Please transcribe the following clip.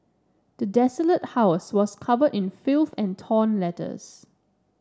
the desolated house was covered in filth and torn letters